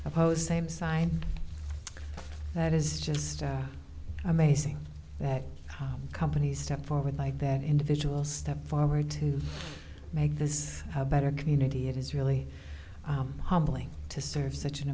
opposed same sign that is just amazing that companies step forward like that individual step forward to make this a better community it is really humbling to serve such an